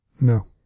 No